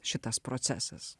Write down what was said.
šitas procesas